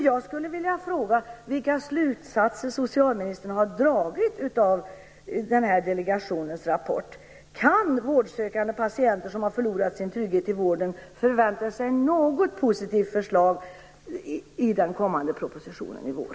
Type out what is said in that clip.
Jag vill fråga vilka slutsatser som socialministern har dragit av delegationens rapport. Kan vårdsökande patienter som har förlorat sin trygghet i vården förvänta sig något positivt förslag i den kommande propositionen i vår?